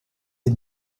des